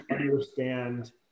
understand